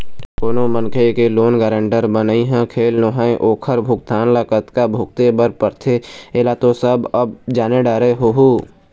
कोनो मनखे के लोन गारेंटर बनई ह खेल नोहय ओखर भुगतना ल कतका भुगते बर परथे ऐला तो सब अब जाने डरे होहूँ